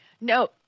No